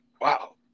wow